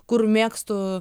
kur mėgstu